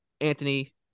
Anthony